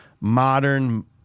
modern